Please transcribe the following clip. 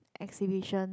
exhibition